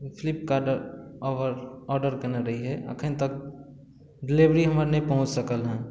Flipkart ओकर order कयने रहियै अखन तक डिलिवरी हमर नहि पहुँच सकल है